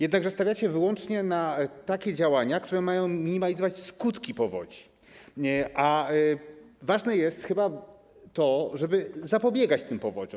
Jednakże stawiacie wyłącznie na takie działania, które mają minimalizować skutki powodzi, a ważne jest chyba to, żeby zapobiegać tym powodziom.